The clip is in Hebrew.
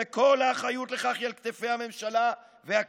וכל האחריות לכך היא על כתפי הממשלה והכנסת.